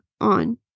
on